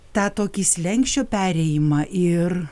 tą tokį slenksčio perėjimą ir